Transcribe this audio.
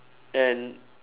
and